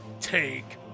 Take